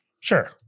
Sure